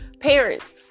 Parents